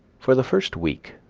for the first week,